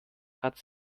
hat